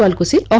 like was a